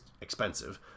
expensive